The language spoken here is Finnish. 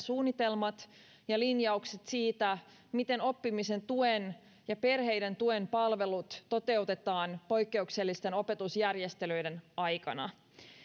myöskin suunnitelmat ja linjaukset siitä miten oppimisen tuen ja perheiden tuen palvelut toteutetaan poikkeuksellisten opetusjärjestelyiden aikana